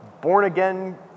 born-again